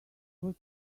what